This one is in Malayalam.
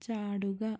ചാടുക